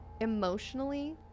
emotionally